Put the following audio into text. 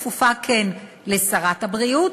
כן כפופה לשרת הבריאות,